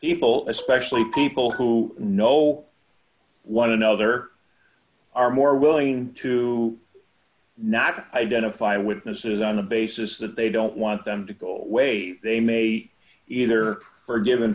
people especially people who know one another are more willing to not identify with mrs on the basis that they don't want them to go away they may either forgiv